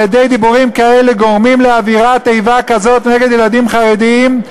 על-ידי דיבורים כאלה גורמים לאווירת איבה כזאת נגד נגד ילדים חרדים,